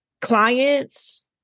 clients